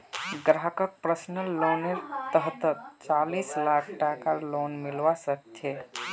ग्राहकक पर्सनल लोनेर तहतत चालीस लाख टकार लोन मिलवा सके छै